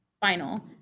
final